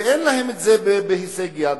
ואין להם את זה בהישג יד.